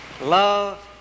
Love